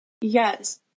Yes